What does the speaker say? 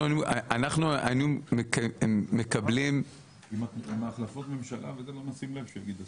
אנחנו מקבלים- -- עם החלפות הממשלה לא נשים לב אם תגיד השר.